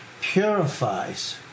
purifies